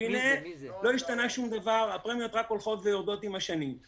והנה לא השתנה דבר והפרמיות רק הולכות ויורדות עם השנים.